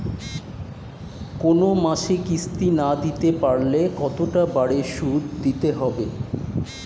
কোন মাসে কিস্তি না দিতে পারলে কতটা বাড়ে সুদ দিতে হবে?